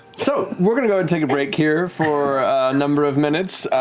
so we're going to go and take a break here for a number of minutes.